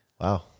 Wow